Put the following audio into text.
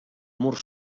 mur